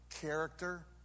character